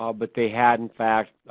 ah but they had, in fact,